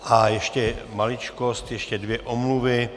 A ještě maličkost, ještě dvě omluvy.